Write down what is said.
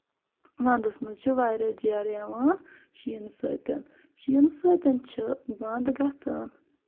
وَندَس منٛز چھُ واریاہ جیرٕ یِوان شیٖنہٕ سۭتۍ شیٖنہٕ سۭتۍ چھُ بَند گژھان